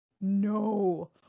No